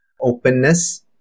openness